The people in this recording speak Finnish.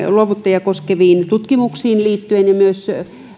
luovuttajaa koskeviin tutkimuksiin liittyen ja myös